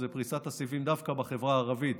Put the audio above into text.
זה פריסת הסיבים דווקא בחברה הערבית,